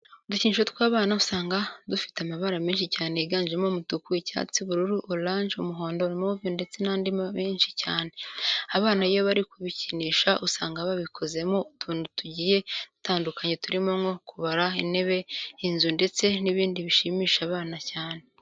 Udukinisho tw'abana usanga dufite amabara menshi cyane yiganjemo umutuku, icyatsi, ubururu, oranje, umuhondo, move ndetse n'andi menshi cyane. Abana iyo bari kubikinisha usanga babikozemo utuntu tugiye dutandukanye turimo nko kubaka intebe, inzu ndetse n'ibindi bishimisha abana cyane.